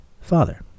father